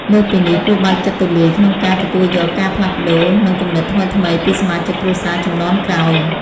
លើសពីនេះ គួរបើកចិត្តទូលាយក្នុងការ ទទួលយកការផ្លាស់ប្ដូរ និងគំនិតថ្មីៗ ពីសមាជិកគ្រួសារជំនាន់ក្រោយ។